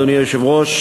אדוני היושב-ראש,